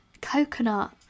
Coconut